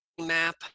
map